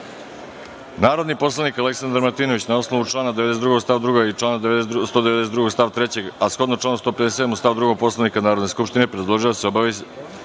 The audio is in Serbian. godinu. Narodni poslanik Aleksandar Martinović, na osnovu člana 92. stav 2. i člana 192. stav 3, a shodno članu 157. stav 2. Poslovnika Narodne skupštine, predložio je da se